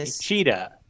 Cheetah